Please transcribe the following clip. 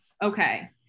Okay